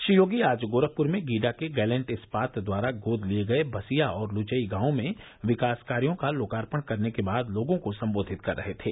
श्री योगी आज गोरखपुर में गीडा के गैलेंट इस्पात द्वारा गोद लिए गए बसिया और लुचई गांवों में विकास कार्यों का लोकार्पण करने के बाद लोगों को संबोधित कर रहे थे